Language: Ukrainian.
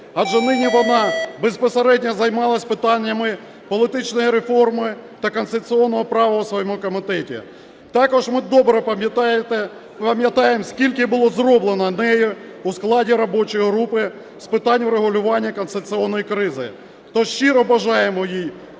адже нині вона безпосередньо займалася питаннями політичної реформи та конституційного права у своєму комітеті. Також ми добре пам'ятаємо скільки було зроблено нею у складі робочої групи з питань врегулювання конституційної кризи. То ж щиро бажаємо їй